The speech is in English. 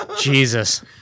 Jesus